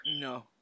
No